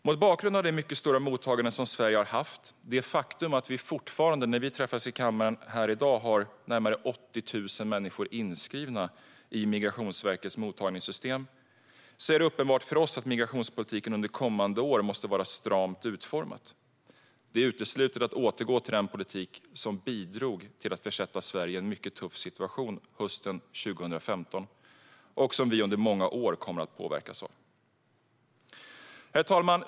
Mot bakgrund av det mycket stora mottagande Sverige har haft och det faktum att vi fortfarande, när vi träffas här i kammaren i dag, har närmare 80 000 människor inskrivna i Migrationsverkets mottagningssystem är det uppenbart för oss att migrationspolitiken under kommande år måste vara stramt utformad. Det är uteslutet att återgå till den politik som bidrog till att försätta Sverige i en mycket tuff situation hösten 2015 och som vi under många år kommer att påverkas av. Herr talman!